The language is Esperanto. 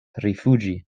rifuĝi